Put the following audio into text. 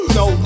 no